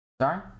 Sorry